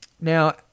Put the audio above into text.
Now